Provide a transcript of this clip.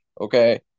Okay